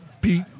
Pete